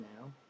now